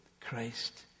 Christ